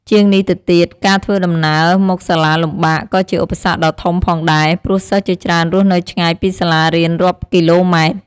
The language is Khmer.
ជាងនេះទៅទៀត ការធ្វើដំណើរមកសាលាលំបាក ក៏ជាឧបសគ្គដ៏ធំផងដែរ ព្រោះសិស្សជាច្រើនរស់នៅឆ្ងាយពីសាលារៀនរាប់គីឡូម៉ែត្រ។